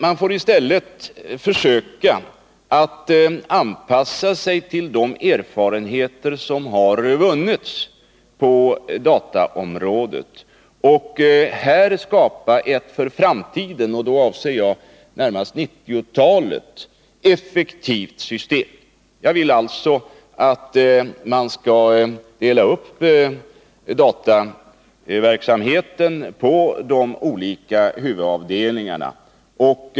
Man får i stället försöka att anpassa sig till de erfarenheter som har vunnits på dataområdet och här skapa ett för framtiden, och då avser jag närmast 1990-talet, effektivt system. Jag vill alltså att man skall dela upp dataverksamheten på de olika huvudavdelningarna.